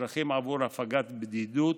צרכים להפגת בדידות,